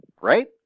right